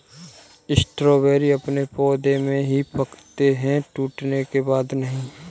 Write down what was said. strawberry अपने पौधे में ही पकते है टूटने के बाद नहीं